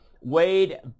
Wade